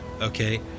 okay